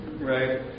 Right